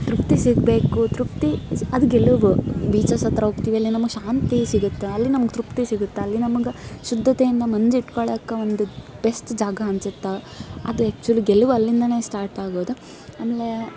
ತೃಪ್ತಿ ಸಿಗಬೇಕು ತೃಪ್ತಿ ಅದು ಗೆಲುವು ಬೀಚಸ್ ಹತ್ರ ಹೋಗ್ತೀವಿ ಅಲ್ಲಿ ನಮಗೆ ಶಾಂತಿ ಸಿಗುತ್ತೆ ಅಲ್ಲಿ ನಮ್ಗೆ ತೃಪ್ತಿ ಸಿಗುತ್ತೆ ಅಲ್ಲಿ ನಮಗೆ ಶುದ್ಧತೆಯಿಂದ ಮಂಜು ಇಟ್ಕೊಳ್ಳೋಕೆ ಒಂದು ಬೆಸ್ಟ್ ಜಾಗ ಅನ್ಸುತ್ತೆ ಅದು ಆ್ಯಕ್ಟುಲಿ ಗೆಲುವು ಅಲ್ಲಿಂದಲೇ ಸ್ಟಾರ್ಟ್ ಆಗೋದು ಆಮೇಲೆ